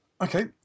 Okay